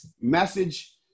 message